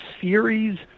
series